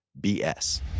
BS